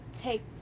take